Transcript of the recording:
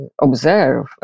observe